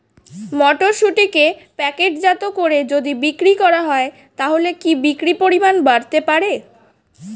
মটরশুটিকে প্যাকেটজাত করে যদি বিক্রি করা হয় তাহলে কি বিক্রি পরিমাণ বাড়তে পারে?